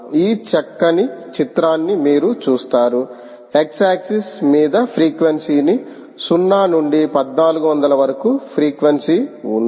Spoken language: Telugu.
ఈ చక్కని చిత్రాన్ని మీరు చూస్తారు X ఆక్సిస్ మీద ఫ్రీక్వెన్సీ ని 0 నుండి 1400 వరకు ఫ్రీక్వెన్సీ ఉన్నది